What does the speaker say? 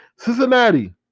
Cincinnati